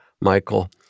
Michael